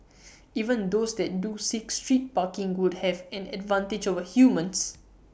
even those that do seek street parking would have an advantage over humans